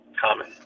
common